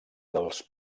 dels